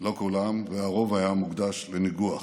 לא כולם, והרוב היה מוקדש לניגוח.